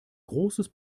großes